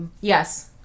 yes